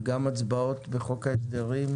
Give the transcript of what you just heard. גם הצבעות בחוק ההסדרים,